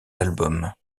albums